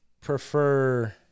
prefer